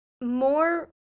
more